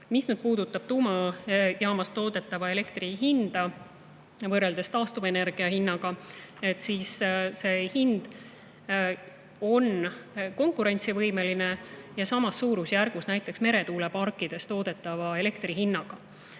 Mis puudutab tuumajaamas toodetava elektri hinda võrreldes taastuvenergia hinnaga, siis see on konkurentsivõimeline ja samas suurusjärgus näiteks meretuuleparkides toodetava elektri hinnaga.